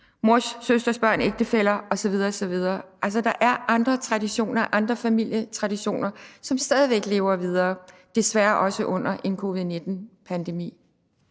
mors søsters børn, ægtefæller osv. osv. Altså, der er andre traditioner, andre familietraditioner, som stadig væk lever videre, desværre også under en covid-19-pandemi.